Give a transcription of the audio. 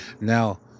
Now